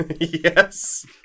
Yes